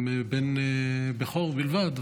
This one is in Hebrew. עם בן בכור בלבד,